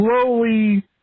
slowly